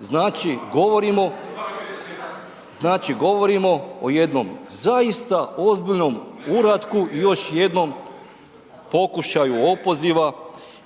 znači govorimo o jednom zaista ozbiljnom uratku, još jednom pokušaju opoziva